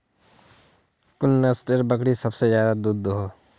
कुन नसलेर बकरी सबसे ज्यादा दूध दो हो?